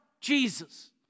Jesus